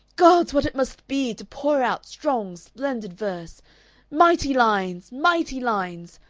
gods! what it must be to pour out strong, splendid verse mighty lines! mighty lines!